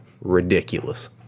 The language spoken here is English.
ridiculous